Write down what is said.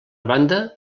banda